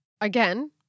again